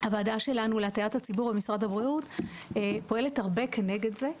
הוועדה שלנו להטעיית הציבור במשרד הבריאות פועלת הרבה כנגד זה,